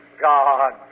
God